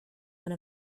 one